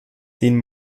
den